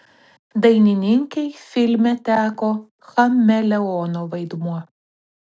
dainininkei filme teko chameleono vaidmuo